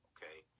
Okay